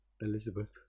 Elizabeth